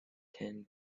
ten